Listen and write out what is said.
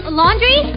laundry